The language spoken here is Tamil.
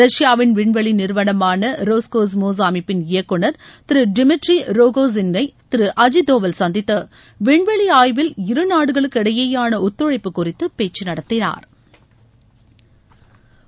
ரஷ்யாவின் விண்வெளி ஆய்வு நிறுவனமான ரோஸ்கோஸ்மோஸ் அமைப்பின் இயக்குநர் திரு டிமிட்ரி ரோகோஸின்னை திரு அஜித் தோவல் சந்தித்து விண்வெளி ஆய்வில் இருநாடுகளுக்கிடையேயான ஒத்துழைப்பு குறித்து பேச்சு நடத்தினாா்